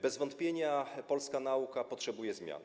Bez wątpienia polska nauka potrzebuje zmian.